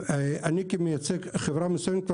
כמייצג חברה מסוימת,